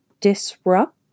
Disrupt